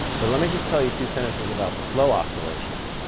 but let me just tell you two sentences about the slow oscillations.